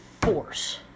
force